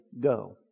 Go